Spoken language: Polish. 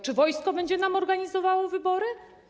Czy wojsko będzie nam organizowało wybory?